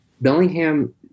Bellingham